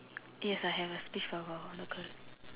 yes I have speech bubble circle